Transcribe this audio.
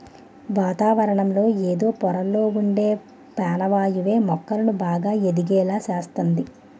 వాతావరణంలో ఎదో పొరల్లొ ఉండే పానవాయువే మొక్కలు బాగా ఎదిగేలా సేస్తంది